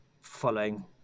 following